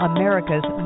America's